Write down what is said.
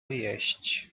jeść